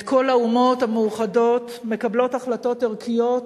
את כל האומות המאוחדות מקבלות החלטות ערכיות